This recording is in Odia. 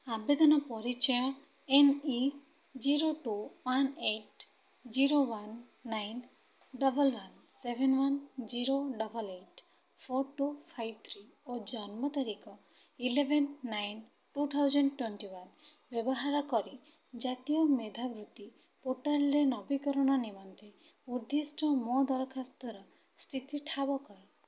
ଆବେଦନ ପରିଚୟ N E zero two one eight zero one nine double one seven one zero double eight four two five three ଓ ଜନ୍ମ ତାରିଖ eleven nine two thousand twenty one ବ୍ୟବହାର କରି ଜାତୀୟ ମେଧାବୃତ୍ତି ପୋର୍ଟାଲ୍ରେ ନବୀକରଣ ନିମନ୍ତେ ଉଦ୍ଦିଷ୍ଟ ମୋ ଦରଖାସ୍ତର ସ୍ଥିତି ଠାବ କର